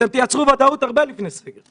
אתם תייצרו ודאות הרבה לפני סגר.